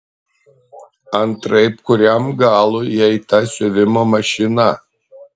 antraip kuriam galui jai ta siuvimo mašina